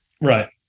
right